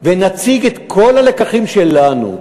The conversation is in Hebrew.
ונציג את כל הלקחים שלנו.